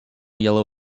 yellow